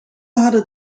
hadden